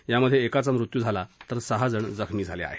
यामधे एकाचा मृत्यू झाला तर सहाजण जखमी झाले आहेत